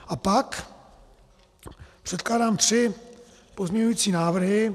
A pak předkládám tři pozměňovací návrhy.